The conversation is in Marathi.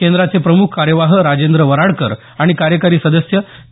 केंद्राचे प्रमुख कार्यवाह राजेंद्र वराडकर आणि कार्यकारी सदस्य के